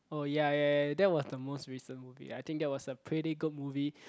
oh ya ya ya that was the most recent movie I think that was a pretty good movie